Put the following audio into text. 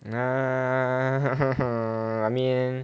nah who who who I mean